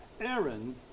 Aaron